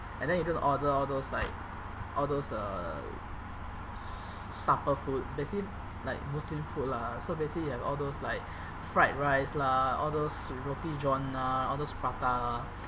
and then you go to order all those like all those uh s~ supper food basically like muslim food lah so basically you have all those like fried rice lah all those roti john lah all those prata lah